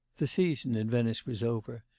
the season in venice was over,